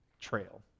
trail